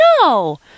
no